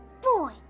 Boy